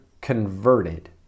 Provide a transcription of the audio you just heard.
converted